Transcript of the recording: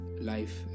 life